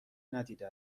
ندیده